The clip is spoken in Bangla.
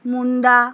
মুন্ডা